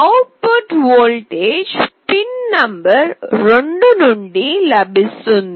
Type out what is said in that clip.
out put voltage pin number 2 నుండి లభిస్తుంది